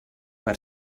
per